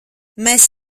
mēs